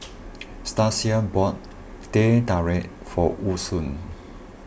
Stasia bought Teh Tarik for Woodson